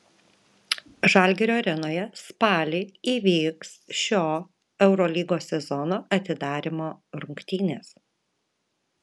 žalgirio arenoje spalį įvyks šio eurolygos sezono atidarymo rungtynės